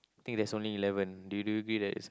think there's only eleven do you do you agree that it's